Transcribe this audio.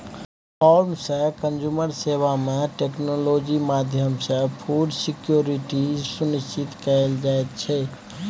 farm सँ consumer सेबा मे टेक्नोलॉजी माध्यमसँ फुड सिक्योरिटी सुनिश्चित कएल जाइत छै